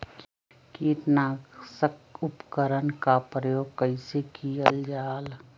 किटनाशक उपकरन का प्रयोग कइसे कियल जाल?